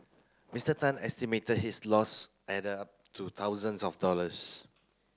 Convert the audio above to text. Mister Tan estimated his loss added up to thousands of dollars